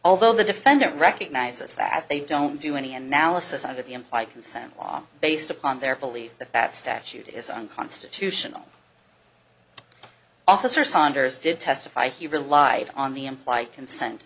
although the defendant recognizes that they don't do any analysis under the implied consent law based upon their belief that that statute is unconstitutional officer sonders did testify he relied on the implied consent